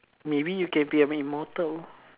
maybe you can be an immortal